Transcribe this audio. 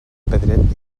pedret